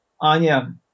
Anya